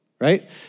Right